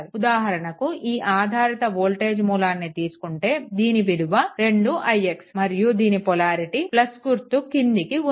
ఉదాహరణకు ఈ ఆధారిత వోల్టేజ్ మూలాన్ని తీసుకుంటే దీని విలువ 2 ix మరియు దీని పొలారిటీ గుర్తు క్రిందికి ఉంది